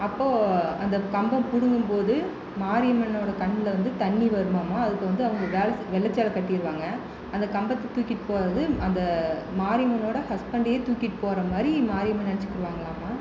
அப்போது அந்த கம்பம் பிடுங்கும் போது மாரியம்மனோட கண்ணில் வந்து தண்ணீர் வருமாம் அதுக்கு வந்து அந்த வெள்ளை சேலை கட்டிடுவாங்க அந்த கம்பத்தை தூக்கிகிட்டு போவது அந்த மாரியம்மனோட ஹஸ்பண்டையே தூக்கிகிட்டு போகிற மாதிரி மாரியம்மன் நினைச்சிட்டு இருப்பாங்க